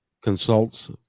consults